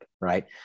Right